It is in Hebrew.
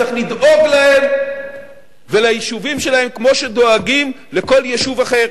צריך לדאוג להם וליישובים שלהם כמו שדואגים לכל יישוב אחר,